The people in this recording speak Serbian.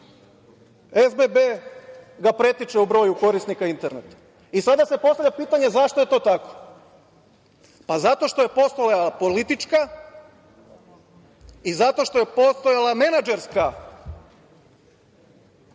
SBB da pretiče u broju korisnika interneta. Sada se postavlja pitanje – zašto je to tako? Zato što je postojala politička i zato što je postojala menadžerska